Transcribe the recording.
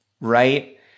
right